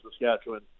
Saskatchewan